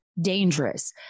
dangerous